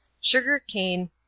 sugar-cane